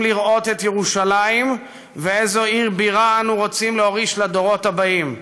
לראות את ירושלים ואיזו עיר בירה אנו רוצים להוריש לדורות הבאים: